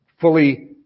fully